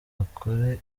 bakore